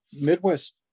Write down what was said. Midwest